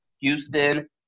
Houston